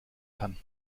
kann